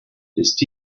his